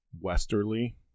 westerly